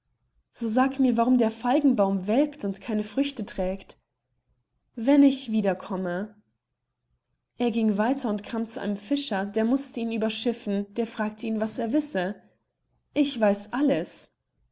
so sag mir warum der feigenbaum welkt und keine früchte trägt wenn ich wieder komme er ging weiter und kam zu einem fischer der mußte ihn überschiffen der fragte ihn was er wisse ich weiß alles